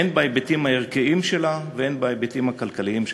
הן בהיבטים הערכיים שלה והן בהיבטים הכלכליים שלה.